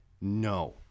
No